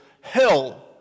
hell